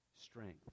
strength